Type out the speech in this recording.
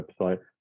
website